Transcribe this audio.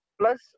plus